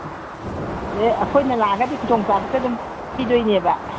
ꯑꯩꯗꯒꯤ ꯑꯩꯈꯣꯏꯅ ꯂꯥꯛꯑꯒꯗꯤ ꯈꯨꯗꯣꯡ ꯆꯥꯕꯁꯦ ꯑꯗꯨꯝ ꯄꯤꯗꯣꯏꯅꯦꯕ